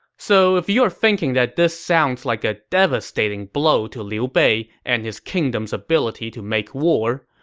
so if you are thinking that this sounds like a devastating blow to liu bei and his kingdom's ability to make war,